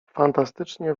fantastycznie